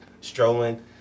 strolling